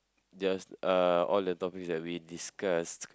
just uh all the topics that we discussed